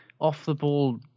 off-the-ball